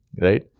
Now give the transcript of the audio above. right